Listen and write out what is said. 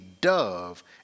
dove